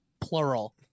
plural